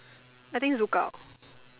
I think look out